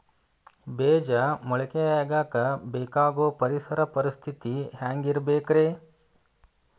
ಬೇಜ ಮೊಳಕೆಯಾಗಕ ಬೇಕಾಗೋ ಪರಿಸರ ಪರಿಸ್ಥಿತಿ ಹ್ಯಾಂಗಿರಬೇಕರೇ?